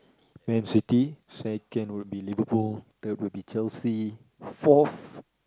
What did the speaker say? man-city second would be Liverpool then will be Chelsea fourth